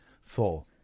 four